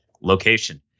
location